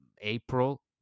April